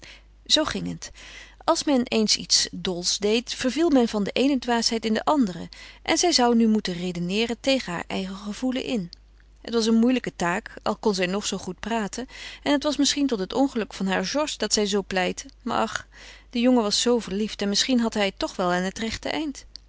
zoo ging het als men eens iets dols deed verviel men van de eene dwaasheid in de andere en zij zou nu moeten redeneeren tegen haar eigen gevoelen in het was een moeilijke taak al kon zij nog zoo goed praten en het was misschien tot het ongeluk van haar georges dat zij zoo pleitte maar ach de jongen was zoo verliefd en misschien had hij het toch wel aan het rechte eind